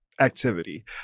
Activity